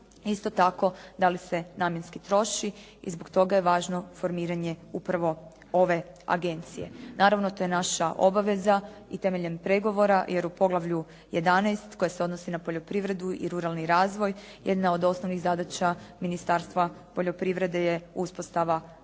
Isto tako da li se namjenski troši i zbog toga je važno formiranje upravo ove agencije. Naravno to je naša obaveza i temeljem pregovora jer u poglavlju 11. koje se odnosi na poljoprivredu i na ruralni razvoj, jedna od osnovnih zadaća Ministarstva poljoprivrede je uspostava